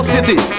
City